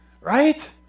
Right